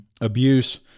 abuse